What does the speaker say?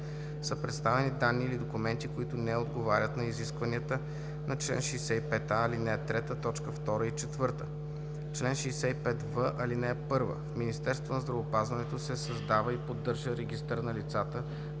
представени данни или документи, които не отговарят на изискванията на чл. 65а, ал. 3, т. 2 и 4. Чл. 65в. (1) В Министерството на здравеопазването се създава и поддържа регистър на лицата,